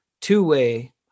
two-way